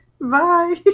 bye